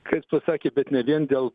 ką jis pasakė bet ne vien dėl